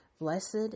Blessed